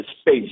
space